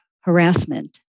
harassment